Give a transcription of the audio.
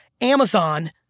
Amazon